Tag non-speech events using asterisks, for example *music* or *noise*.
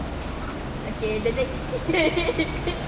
okay the next *laughs*